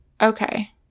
Okay